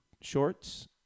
shorts